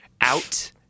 out